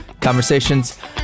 conversations